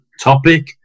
topic